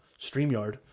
StreamYard